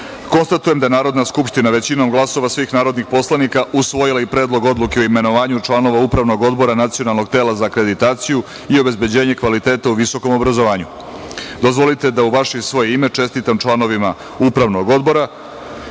dvoje. Konstatujem da je Narodna skupština većinom glasova svih narodnih poslanika usvojila i Predlog odluke o imenovanju članova Upravnog odbora Nacionalnog tela za akreditaciju i obezbeđenje u visokom obrazovanju. Dozvolite da u vaše i svoje ime čestitam članovima upravnog odbora